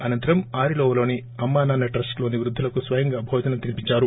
అనంతరం ఆరిలోవ లోని అమ్మా నాన్ని ట్రస్ట్ లోని వృద్దులకు స్వయంగా భోజనం తినిపిందారు